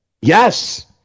Yes